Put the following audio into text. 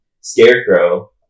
Scarecrow